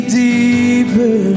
deeper